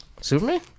Superman